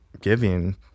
giving